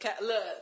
Look